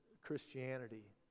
Christianity